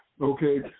okay